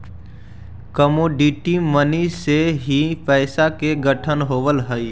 commodity money से ही पैसा के गठन होवऽ हई